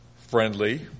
friendly